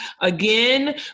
Again